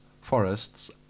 forests